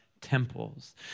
temples